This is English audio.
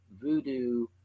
voodoo